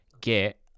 get